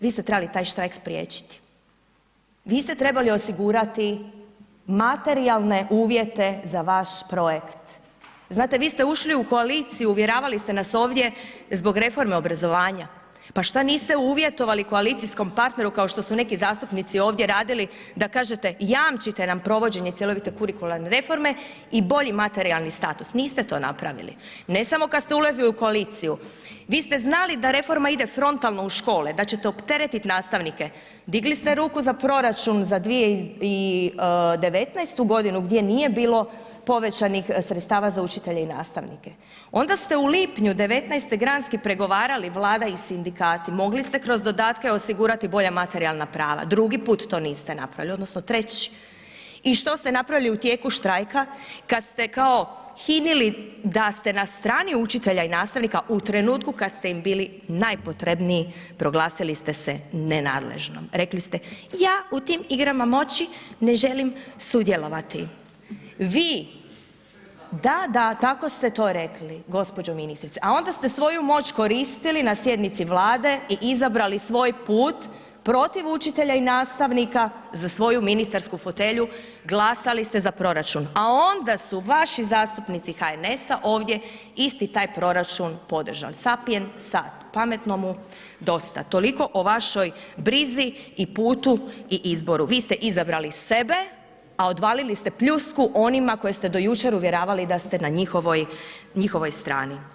Vi ste trebali taj štrajk spriječiti, vi ste trebali osigurati materijalne uvjete za vaš projekt, znate vi ste ušli u koaliciju, uvjeravali ste nas ovdje zbog reforme obrazovanja, pa šta niste uvjetovali koalicijskom partneru kao što su neki zastupnici ovdje radili da kažete jamčite nam provođenje cjelovite kurikularne reforme i bolji materijalni status, niste to napravili, ne samo kad ste ulazili u koaliciju, vi ste znali da reforma ide frontalno u škole, da ćete opteretit nastavnike, digli ste ruku za proračun za 2019.g. gdje nije bilo povećanih sredstava za učitelje i nastavnike, onda ste u lipnju '19. granski pregovarali Vlada i sindikati mogli ste kroz dodatke osigurati bolja materijalna prava, drugi put to niste napravili odnosno treći i što ste napravili u tijeku štrajka kad ste kao hinili da ste na strani učitelja i nastavnika u trenutku kad ste im bili najpotrebniji proglasili ste se nenadležnom, rekli ste ja u tim igrama moći ne želim sudjelovati, vi da, da, tako ste to rekli gđo. ministrice, a onda ste svoju moć koristili na sjednici Vlade i izabrali svoj put protiv učitelja i nastavnika za svoju ministarsku fotelju, glasali ste za proračun, a onda su vaši zastupnici HNS-a ovdje isti taj proračun podržali, sapien sat – pametnomu dosta, toliko o vašoj brizi i putu i izboru, vi ste izabrali sebe, a odvalili ste pljusku onima koje ste do jučer uvjeravali da ste na njihovoj, njihovoj strani.